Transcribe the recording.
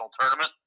Tournament